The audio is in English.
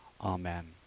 Amen